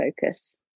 focus